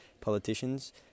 politicians